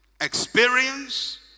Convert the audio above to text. experience